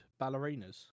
ballerinas